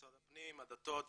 משרד הפנים, הדתות ואחרים.